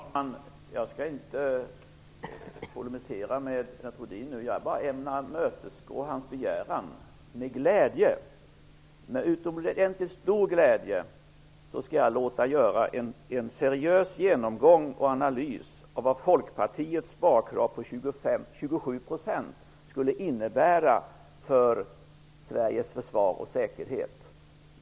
Fru talman! Jag skall inte polemisera mot Lennart Rohdin. Jag ämnar bara tillmötesgå hans begäran. Med utomordentligt stor glädje skall jag låta göra en seriös genomgång och analys av vad Folkpartiets sparkrav på 27 % skulle innebära för Sveriges försvar och säkerhet.